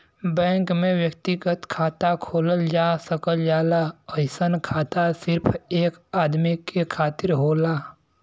bank में व्यक्तिगत खाता खोलल जा सकल जाला अइसन खाता सिर्फ एक आदमी के खातिर होला